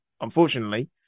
unfortunately